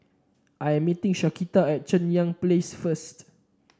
I am meeting Shaquita at Cheng Yan Place first